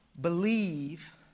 believe